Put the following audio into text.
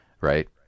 Right